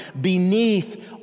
beneath